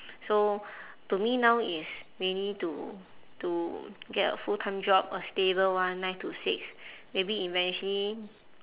so to me now it's mainly to to get a full-time job a stable one nine to six maybe eventually